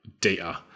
data